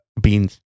beans